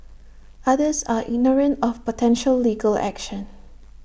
others are ignorant of potential legal action